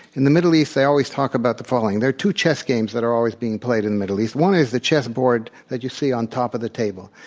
in the middle east they always talk about the following. there are two chess games that are always being played in the middle east. one is the chess board that you see on top of the table.